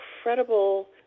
incredible